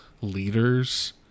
leaders